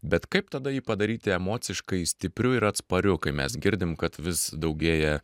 bet kaip tada jį padaryti emociškai stipriu ir atspariu kai mes girdim kad vis daugėja